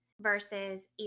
versus